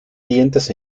dientes